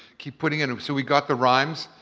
keep putting it. so we got the rhymes.